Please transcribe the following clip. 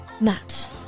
Matt